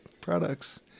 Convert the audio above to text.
products